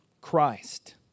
Christ